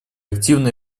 активно